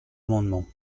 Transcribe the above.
amendement